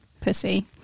Pussy